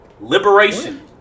liberation